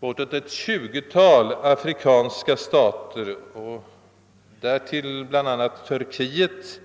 Bortåt eit tjugotal afrikanska stater och därtill bl.a. Turkiet